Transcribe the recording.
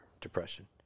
depression